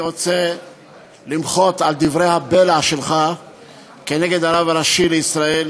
אני רוצה למחות על דברי הבלע שלך כנגד הרב הראשי לישראל,